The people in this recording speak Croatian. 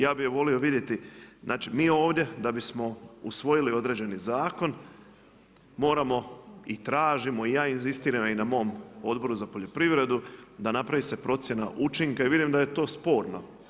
Ja bi je volio vidjeti, znači mi ovdje da bismo usvojili određeni zakon moramo i tražimo i ja inzistiram i na mom Odboru za poljoprivredu, da napravi se procjena učinka i vidim da je to sporno.